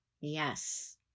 yes